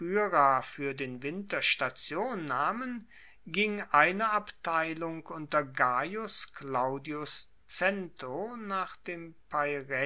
fuer den winter station nahmen ging eine abteilung unter gaius claudius cento nach dem